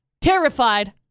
Terrified